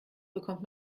bekommt